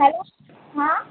hello हाँ